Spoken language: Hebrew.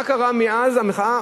מה קרה מאז המחאה,